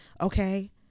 Okay